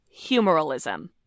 humoralism